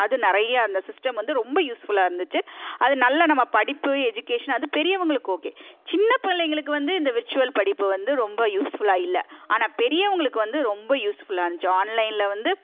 அது நிறைய அந்த சிஸ்டம் வந்து ரொம்ப யூஸ் ஃபுல்லாக இருந்துச்சு அது நல்ல நம்ம படிப்பு எஜிகேஷன் அது பெரியவங்களுக்கு ஓகே சின்ன பிள்ளைங்களுக்கு வந்து இந்த விர்ச்சுவல் படிப்பு வந்து ரொம்ப யூஸ்ஃபுல்லாக இல்லை ஆனால் பெரியவங்களுக்கு வந்து ரொம்ப யூஸ்ஃபுல்லாக இருந்துச்சு ஆன்லைன்ல வந்து